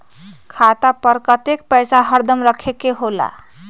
खाता पर कतेक पैसा हरदम रखखे के होला?